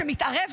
שמתערב,